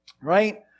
right